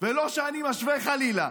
ולא שאני משווה, חלילה,